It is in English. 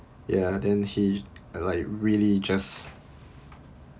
ya then he like really just